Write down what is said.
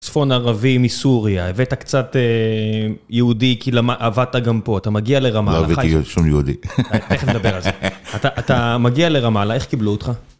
צפון ערבי מסוריה, הבאת קצת יהודי, כי למ- עבדת גם פה, אתה מגיע לרמאלה. לא עבדתי על שום יהודי. איך נדבר על זה? אתה מגיע לרמאלה, איך קיבלו אותך?